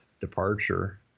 departure